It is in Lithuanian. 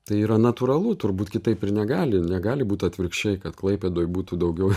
tai yra natūralu turbūt kitaip ir negali negali būt atvirkščiai kad klaipėdoj būtų daugiau